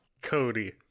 Cody